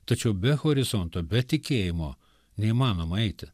tačiau be horizonto be tikėjimo neįmanoma eiti